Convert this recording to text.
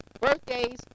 birthdays